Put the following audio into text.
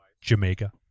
Jamaica